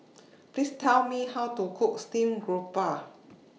Please Tell Me How to Cook Steamed Grouper